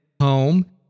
home